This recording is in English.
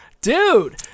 Dude